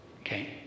okay